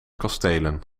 kastelen